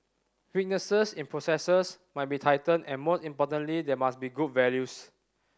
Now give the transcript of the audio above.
weaknesses in processes must be tightened and most importantly there must be good values